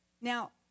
Now